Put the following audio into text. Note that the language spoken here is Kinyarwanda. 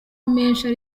amenshi